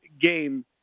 game